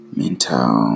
mental